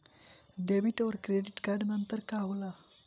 Debit और credit card मे अंतर का होला?